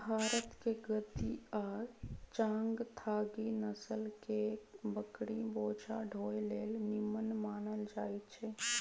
भारतके गद्दी आ चांगथागी नसल के बकरि बोझा ढोय लेल निम्मन मानल जाईछइ